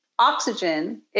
oxygen